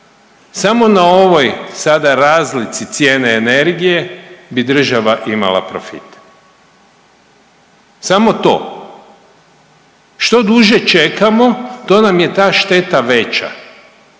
samo na ovoj sada razlici cijene energije bi država imala profit, samo to. Što duže čekamo to nam je šteta veća,